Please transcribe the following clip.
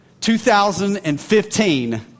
2015